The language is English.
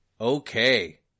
okay